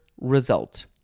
result